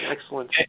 excellent